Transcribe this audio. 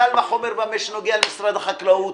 קל וחומר במה שנוגע למשרד החקלאות,